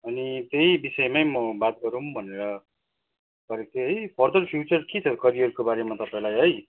अनि त्यही विषयमा म बात गरौँ भनेर गरेको थिएँ है फर्दर फ्युचर के छ करियरको बारेमा तपाईँलाई है